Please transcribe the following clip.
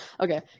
Okay